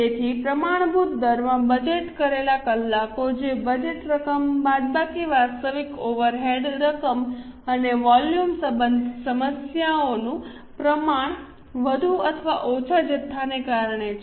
તેથી પ્રમાણભૂત દરમાં બજેટ કરેલા કલાકો જે બજેટ રકમ બાદબાકી વાસ્તવિક ઓવરહેડ રકમ અને વોલ્યુમ સંબંધિત સમસ્યાઓનું પ્રમાણ વધુ અથવા ઓછા જથ્થાને કારણે છે